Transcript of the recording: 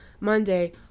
Monday